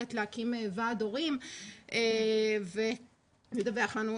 יכולת להקים ועד הורים ולדווח לנו.